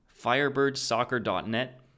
firebirdsoccer.net